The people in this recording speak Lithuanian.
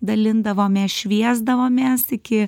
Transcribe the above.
dalindavomės šviesdavomės iki